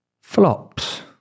flops